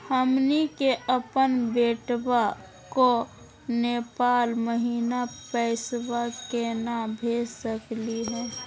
हमनी के अपन बेटवा क नेपाल महिना पैसवा केना भेज सकली हे?